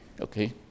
okay